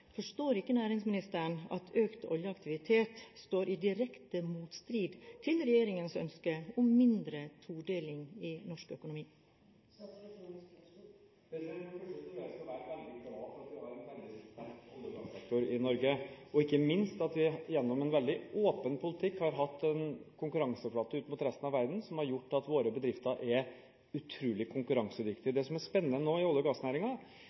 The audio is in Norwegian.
Forstår ikke næringsministeren at økt oljeaktivitet står i direkte motstrid til regjeringens ønske om mindre todeling i norsk økonomi? Først og fremst tror jeg vi skal være veldig glad for at vi har en veldig sterk olje- og gassektor i Norge, og ikke minst at vi gjennom en veldig åpen politikk har hatt en konkurranseflate ut mot resten av verden som har gjort at våre bedrifter er utrolig konkurransedyktige. Det som er spennende i olje- og